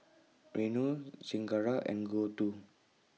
Renu Chengara and Gouthu